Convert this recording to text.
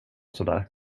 sådär